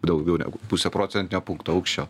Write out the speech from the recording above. daugiau negu pusė procentinio punkto aukščio